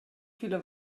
viele